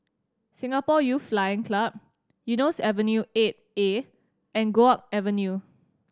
Singapore Youth Flying Club Eunos Avenue Eight A and Guok Avenue